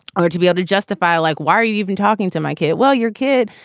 or to be able to justify like, why are you even talking to my kid? well, your kid,